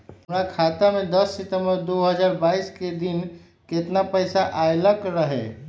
हमरा खाता में दस सितंबर दो हजार बाईस के दिन केतना पैसा अयलक रहे?